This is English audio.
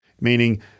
meaning